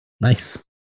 nice